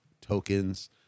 tokens